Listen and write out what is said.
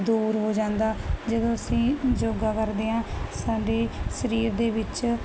ਦੂਰ ਹੋ ਜਾਂਦਾ ਜਦੋਂ ਅਸੀਂ ਯੋਗਾ ਕਰਦੇ ਆਂ ਸਾਡੇ ਸਰੀਰ ਦੇ ਵਿੱਚ